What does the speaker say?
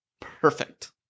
Perfect